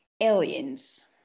aliens